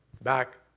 back